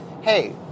hey